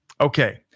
Okay